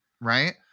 right